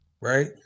right